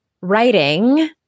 writing